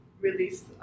release